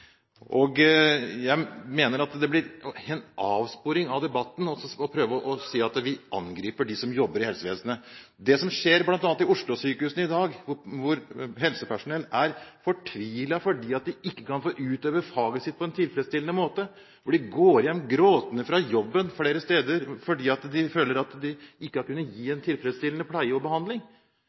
Jeg mener at det blir en avsporing av debatten å prøve å si at vi angriper dem som jobber i helsevesenet. Det som skjer bl.a. i Oslo-sykehusene i dag, er at helsepersonell er fortvilet fordi de ikke kan få utøve faget sitt på en tilfredsstillende måte, de går hjem gråtende fra jobben flere steder fordi de føler at de ikke har kunnet gi en tilfredsstillende pleie og behandling.